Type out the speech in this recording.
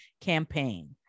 campaign